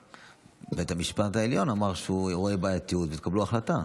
בית המשפט העליון אמר שהוא רואה בעייתיות ותקבלו החלטה.